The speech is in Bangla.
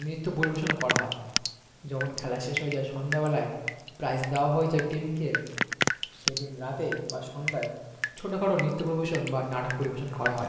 নৃত্য পরিবেশনও করা হয় যখন খেলা শেষ হয়ে যায় সন্ধ্যা বেলায় প্রাইজ দেওয়া হয়ে যায় টিমকে সেদিন রাতে বা সন্ধ্যায় ছোটো খাটো নৃত্য পরিবেশন বা নাটক পরিবেশন করা হয়